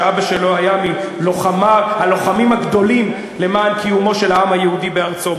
שאבא שלו היה מהלוחמים הגדולים למען קיומו של העם היהודי בארצו.